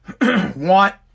want